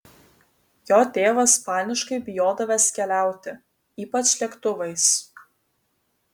jo tėvas paniškai bijodavęs keliauti ypač lėktuvais